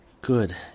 Good